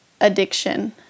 addiction